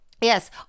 Yes